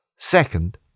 Second